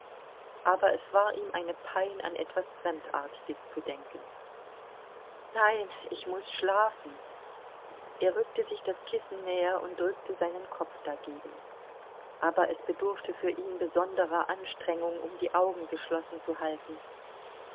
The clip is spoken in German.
aber es war ihm eine pein an etwas fremdartiges zu denken nein ich muß schlafen er rückte sich das kissen näher und drückte seinen kopf dagegen aber es bedurfte für ihn besonderer anstrengung um die augen geschlossen zu halten